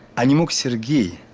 and you sergey